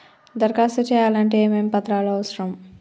దరఖాస్తు చేయాలంటే ఏమేమి పత్రాలు అవసరం?